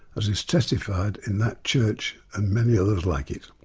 as is testified in that church and many others like it.